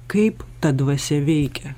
kaip ta dvasia veikia